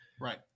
right